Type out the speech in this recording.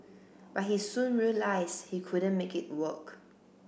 but he soon realised he couldn't make it work